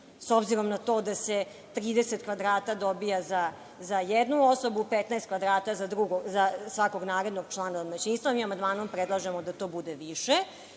s obzirom na to da se 30 kvadrata dobija za jednu osobu, 15 kvadrata za svakog narednog člana domaćinstva. Mi amandmanom predlažemo da to bude više.